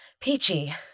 peachy